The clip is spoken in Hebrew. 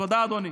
תודה, אדוני.